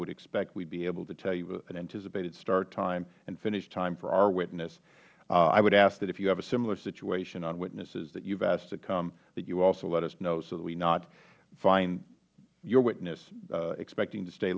would expect to be able to tell you an anticipated start time and finish time for our witness i would ask that if you have a similar situation on witnesses that you have asked to come that you also let us know that we not find your witness expecting to stay